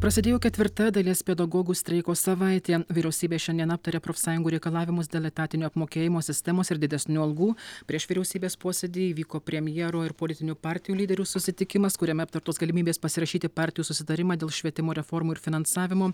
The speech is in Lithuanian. prasidėjo ketvirta dalies pedagogų streiko savaitė vyriausybė šiandien aptarė profsąjungų reikalavimus dėl etatinio apmokėjimo sistemos ir didesnių algų prieš vyriausybės posėdį įvyko premjero ir politinių partijų lyderių susitikimas kuriame aptartos galimybės pasirašyti partijų susitarimą dėl švietimo reformų ir finansavimo